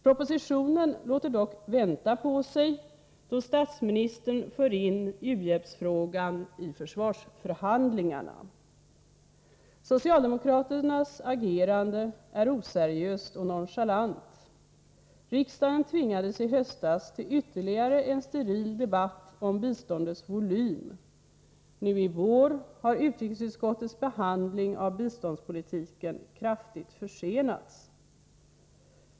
Propositionen låter dock vänta på sig, då statsministern för in u-hjälpsfrågan i försvarsförhandlingarna. Socialdemokraternas agerande är oseriöst och nonchalant. Riksdagen tvingades i höstas till ytterligare en steril debatt om biståndets volym. Nu i vår har utrikesutskottets behandling av biståndspolitiken kraftigt försenats.